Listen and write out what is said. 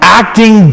acting